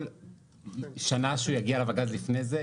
כל שנה שהוא יגיע למדד לפני זה,